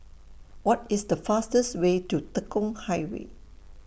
What IS The fastest Way to Tekong Highway